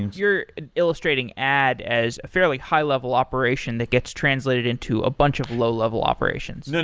you're illustrating add as a fairly high-level operation that gets translated into a bunch of low-level operations. no.